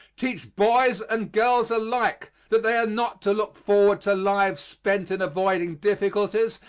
teach boys and girls alike that they are not to look forward to lives spent in avoiding difficulties,